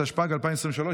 התשפ"ג 2023,